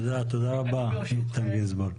תודה רבה, איתן גינזבורג.